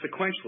sequentially